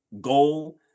goal